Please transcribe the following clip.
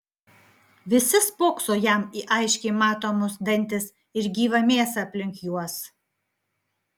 visi spokso jam į aiškiai matomus dantis ir gyvą mėsą aplink juos